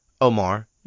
Omar